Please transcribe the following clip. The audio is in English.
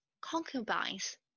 concubines